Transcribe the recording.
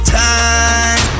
time